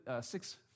Six